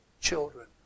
children